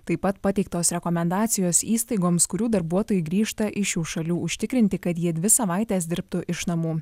taip pat pateiktos rekomendacijos įstaigoms kurių darbuotojai grįžta iš šių šalių užtikrinti kad jie dvi savaites dirbtų iš namų